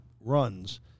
runs